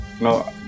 no